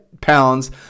pounds